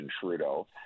Trudeau